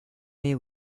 mais